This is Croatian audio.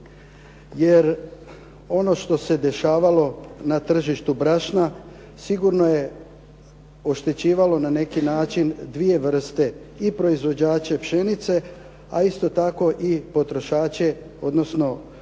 jer ono što se dešavalo na tržištu brašna sigurno je oštećivalo na neki način dvije vrste i proizvođača pšenice, a isto tako i potrošače odnosno